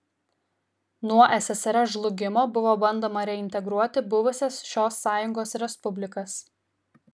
nuo ssrs žlugimo buvo bandoma reintegruoti buvusias šios sąjungos respublikas